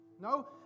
No